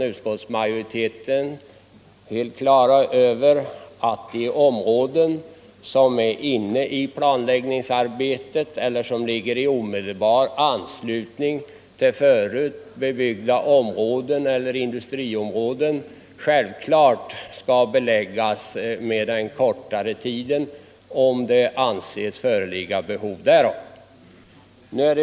Utskottsmajoriteten är helt på det klara med att de områden som ingår i planläggningsarbetet eller som ligger i omedelbar anslutning till förut bebyggda områden eller industriområden skall beläggas med den kortare tidsperioden, om behov därav anses föreligga.